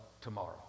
tomorrow